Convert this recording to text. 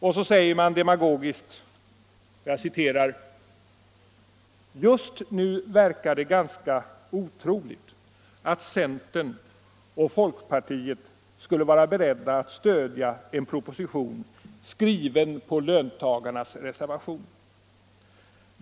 Och så säger man demagogiskt: ”Just nu verkar det ganska otroligt att centern och folkpartiet skulle vara beredda att stödja en proposition skriven på löntagarnas reservation.